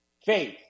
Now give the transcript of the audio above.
Faith